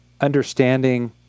understanding